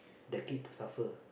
their kid to suffer